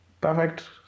Perfect